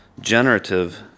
generative